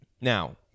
now